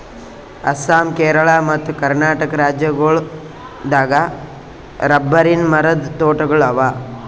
ಅಸ್ಸಾಂ ಕೇರಳ ಮತ್ತ್ ಕರ್ನಾಟಕ್ ರಾಜ್ಯಗೋಳ್ ದಾಗ್ ರಬ್ಬರಿನ್ ಮರದ್ ತೋಟಗೋಳ್ ಅವಾ